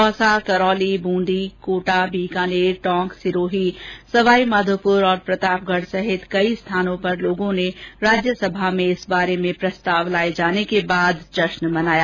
दौसा करौली बूंदी कोटा बीकानेर टोंक सिरोही सवाईमाधोपुर प्रतापगढ सहित कई स्थानों पर लोगों ने राज्यसभा में इस बारे में प्रस्ताव लाये जाने के बाद जश्न मनाया